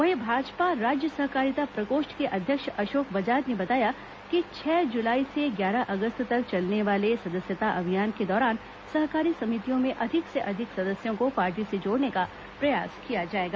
वहीं भाजपा राज्य सहकारिता प्रकोष्ठ के अध्यक्ष अशोक बजाज ने बताया है कि छह जुलाई से ग्यारह अगस्त तक चलने वाले सदस्यता अभियान के दौरान सहकारी समितियों में अधिक से अधिक सदस्यों को पार्टी से जोड़ने का प्रयास किया जाएगा